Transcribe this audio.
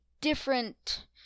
different